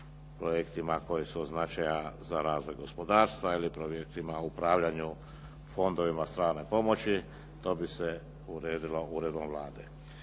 projektima koji su od značaja za razvoj gospodarstva ili projektima u upravljanju fondovima strane pomoći, to bi se uredilo uredbom Vlade.